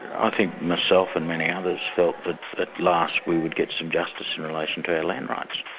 i think myself, and many others felt that at last we would get some justice in relation to our land rights.